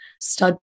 stud